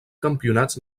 campionats